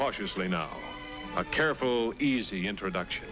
cautiously now a careful easy introduction